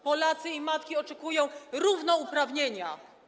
Polacy, matki oczekują równouprawnienia.